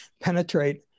penetrate